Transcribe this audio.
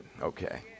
Okay